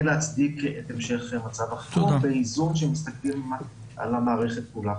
גבוה כדי להצדיק את המשך מצב החירום באיזון כשמסתכלים על המערכת כולה.